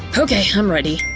okay, i'm ready!